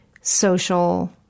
social